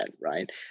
right